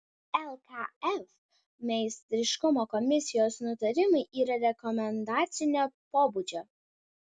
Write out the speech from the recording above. lkf meistriškumo komisijos nutarimai yra rekomendacinio pobūdžio